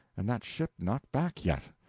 and that ship not back yet!